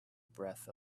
breath